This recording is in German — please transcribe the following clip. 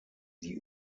die